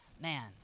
man